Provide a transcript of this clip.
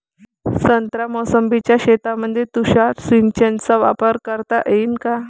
संत्रा मोसंबीच्या शेतामंदी तुषार सिंचनचा वापर करता येईन का?